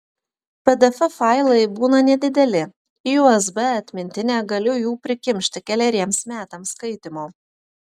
pdf failai būna nedideli į usb atmintinę galiu jų prikimšti keleriems metams skaitymo